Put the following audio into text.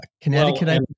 Connecticut